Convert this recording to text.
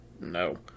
no